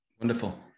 Wonderful